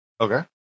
okay